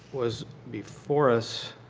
was before us,